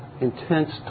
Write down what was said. intense